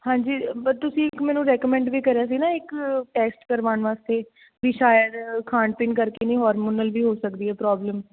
ਹਾਂਜੀ ਪਰ ਤੁਸੀਂ ਇੱਕ ਮੈਨੂੰ ਰੈਕਮੈਂਡ ਵੀ ਕਰਿਆ ਸੀ ਨਾ ਇੱਕ ਟੈਸਟ ਕਰਵਾਉਣ ਵਾਸਤੇ ਵੀ ਸ਼ਾਇਦ ਖਾਣ ਪੀਣ ਕਰਕੇ ਨਹੀਂ ਹੋਰਮੋਨਲ ਵੀ ਹੋ ਸਕਦੀ ਹੈ ਪ੍ਰੋਬਲਮ